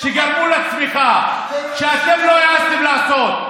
שגרמו לצמיחה שאתם לא העזתם לעשות.